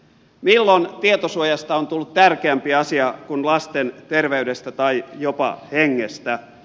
milloin tietosuojasta on tullut tärkeämpi asia kuin lasten terveydestä tai jopa hengestä